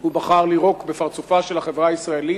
הוא בחר לירוק בפרצופה של החברה הישראלית,